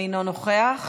אינו נוכח.